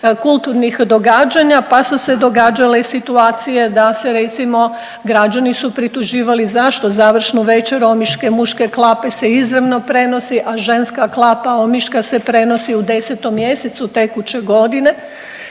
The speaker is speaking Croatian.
kulturnih događanja, pa su se događale i situacije da se recimo građani su prituživali zašto završnu večer Omiške muške klape se izravno prenosi, a ženska klapa Omiška se prenosi u 10 mjesecu tekuće godine.